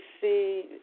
see